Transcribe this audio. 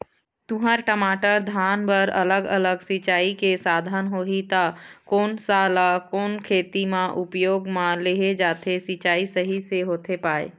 तुंहर, टमाटर, धान बर अलग अलग सिचाई के साधन होही ता कोन सा ला कोन खेती मा उपयोग मा लेहे जाथे, सिचाई सही से होथे पाए?